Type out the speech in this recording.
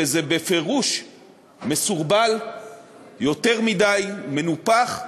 שזה בפירוש מסורבל יותר מדי, מנופח,